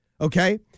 okay